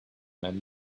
man